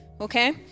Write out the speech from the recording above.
okay